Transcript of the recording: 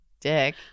dick